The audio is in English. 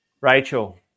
rachel